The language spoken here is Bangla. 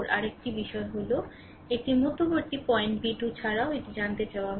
আরেকটি বিষয় হল একটি মধ্যবর্তী পয়েন্ট v2 এছাড়াও এটি জানতে চাওয়া হয়েছে